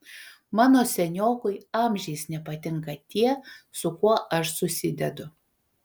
mano seniokui amžiais nepatinka tie su kuo aš susidedu